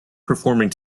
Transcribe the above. performing